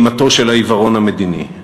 אימתו של העיוורון המדיני,